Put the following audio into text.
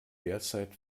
derzeit